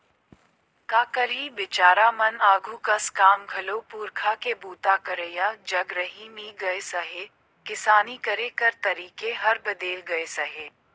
का करही बिचारा मन आघु कस काम घलो पूरखा के बूता करइया जग रहि नी गइस अहे, किसानी करे कर तरीके हर बदेल गइस अहे